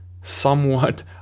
somewhat